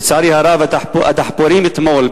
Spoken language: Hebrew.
לצערי הרב הדחפורים אתמול,